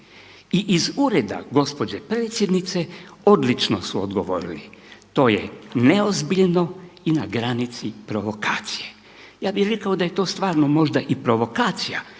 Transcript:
I iz ureda gospođe Predsjednice odlično su odgovorili: To je neozbiljno i na granici provokacije. Ja bih rekao da je to stvarno možda i provokacija